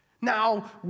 Now